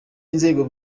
inzego